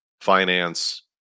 finance